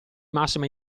massima